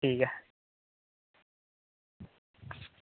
ठीक ऐ